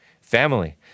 family